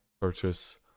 purchase